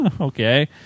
Okay